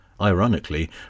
ironically